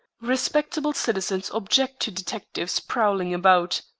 respectable citizens object to detectives prowling about,